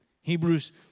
Hebrews